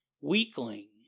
weakling